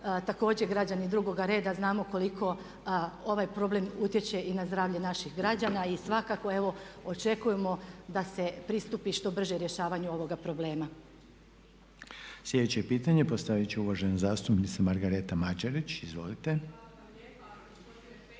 također građani drugoga reda. Znamo koliko ovaj problem utječe i na zdravlje naših građana. I svakako evo očekujemo da se pristupi što brže rješavanju ovoga problema. **Reiner, Željko (HDZ)** Sljedeće pitanje postaviti će uvažena zastupnica Margareta Mađerić. Izvolite.